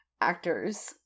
actors